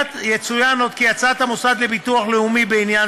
יצוין עוד כי הצעת המוסד לביטוח לאומי בעניין